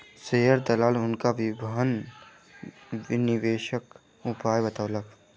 share दलाल हुनका विभिन्न निवेशक उपाय बतौलक